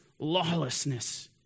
lawlessness